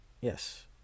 Yes